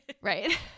Right